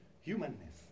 humanness